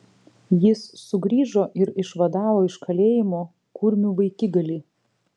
jis sugrįžo ir išvadavo iš kalėjimo kurmių vaikigalį